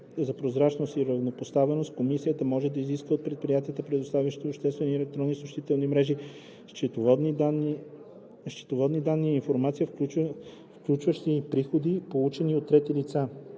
за прозрачност и равнопоставеност комисията може да изиска от предприятията, предоставящи обществени електронни съобщителни мрежи, счетоводни данни и информация, включващи и приходи, получени от трети лица.“